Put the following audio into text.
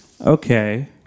Okay